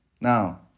Now